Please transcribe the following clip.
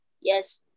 Yes